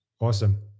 awesome